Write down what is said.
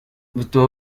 bituma